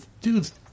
dudes